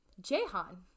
Jehan